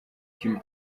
kim